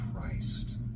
Christ